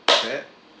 clap